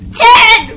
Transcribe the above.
ten